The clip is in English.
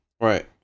Right